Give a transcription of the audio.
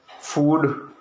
food